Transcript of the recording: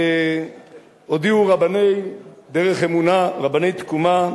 הודיעו רבני "דרך אמונה",